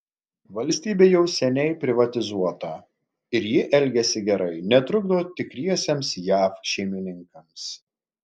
valstybė jau seniai privatizuota ir ji elgiasi gerai netrukdo tikriesiems jav šeimininkams